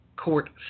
Court